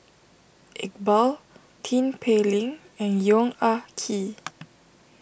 Iqbal Tin Pei Ling and Yong Ah Kee